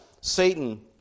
Satan